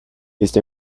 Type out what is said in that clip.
esta